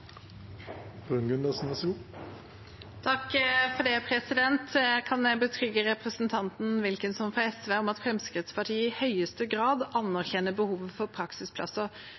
Jeg kan betrygge representanten Wilkinson fra SV med at Fremskrittspartiet i høyeste grad anerkjenner behovet for praksisplasser.